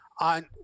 on